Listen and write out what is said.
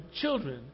children